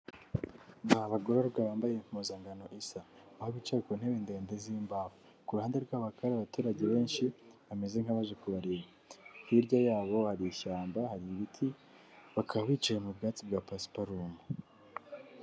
Ni bagororwa bambaye impuzangano isa, aho bicaye ku ntebe ndende z'imbaho, ku ruhande rwabo hakaba hari abaturage benshi bameze nk'abaje kubareba, hirya yabo hari ishyamba, hari ibiti bakaba bicaye mu bwatsi bwa pasiparumu.